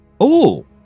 Oh